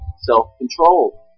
self-control